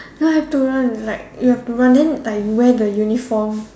no have to run like you have to run then like you wear the uniform